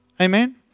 Amen